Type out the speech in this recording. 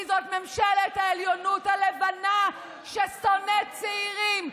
כי זאת ממשלת העליונות הלבנה ששונאת צעירים,